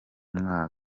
mwaka